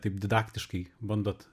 taip didaktiškai bandot